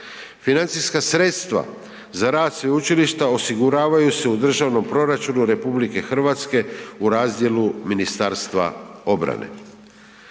Financijska sredstva za rad sveučilišta osiguravaju se u državnom proračunu RH u razdjelu Ministarstva obrane.